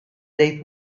dei